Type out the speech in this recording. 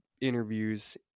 interviews